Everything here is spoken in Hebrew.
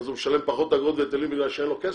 אז הוא משלם פחות את ההיטלים בגלל שאין לו כסף?